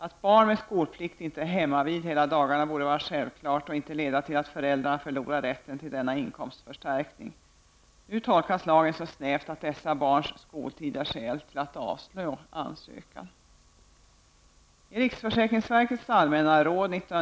Att barn med skolplikt inte är hemmavid hela dagarna borde vara en självklarhet. Det borde inte leda till att föräldrarna förlorar rätten till denna inkomstförstärkning. Men lagen tolkas så snävt att dessa barns skoltid är skäl nog att avslå inlämnad ansökan.